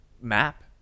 map